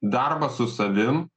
darbas su savim